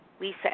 Lisa